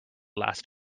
last